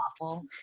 awful